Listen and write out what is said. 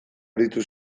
aritu